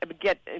get